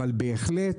אבל בהחלט,